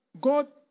God